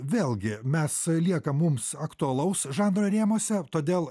vėlgi mes lieka mums aktualaus žanro rėmuose todėl